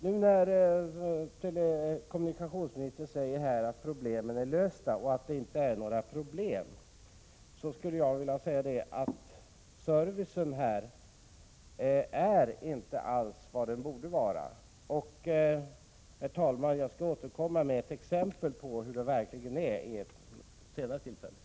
När nu kommunikationsministern säger att problemen är lösta, vill jag påstå att servicen inte alls är vad den borde vara. Herr talman! Jag skall återkomma vid ett senare tillfälle med exempel på hur det verkligen är.